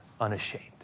unashamed